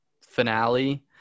finale